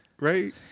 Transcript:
Right